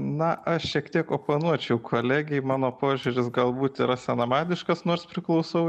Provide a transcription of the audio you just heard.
na aš šiek tiek oponuočiau kolegei mano požiūris galbūt yra senamadiškas nors priklausau